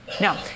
Now